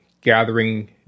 gathering